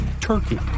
turkey